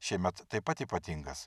šiemet taip pat ypatingas